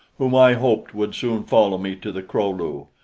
whom i hoped would soon follow me to the kro-lu.